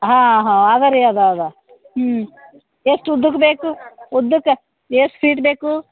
ಹಾಂ ಹಾಂ ಅದೆ ರೀ ಅದೆ ಅದೆ ಹ್ಞೂ ಎಷ್ಟು ಉದ್ದಕ್ಕೆ ಬೇಕು ಉದ್ದಕ್ಕೆ ಎಷ್ಟು ಫೀಟ್ ಬೇಕು